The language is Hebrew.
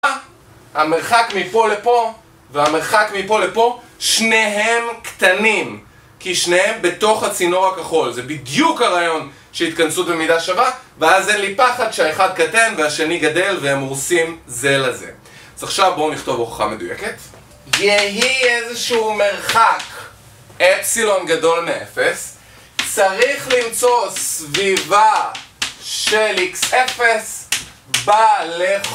המרחק מפה לפה והמרחק מפה לפה, שניהם קטנים כי שניהם בתוך הצינור הכחול, זה בדיוק הרעיון של התכנסות במידה שווה ואז אין לי פחד שהאחד קטן והשני גדל והם הורסים זה לזה. אז עכשיו בואו נכתוב הוכחה מדויקת. יהיה איזה שהוא מרחק אפסילון גדול מאפס, צריך למצוא סביבה של איקס אפס בה לכו...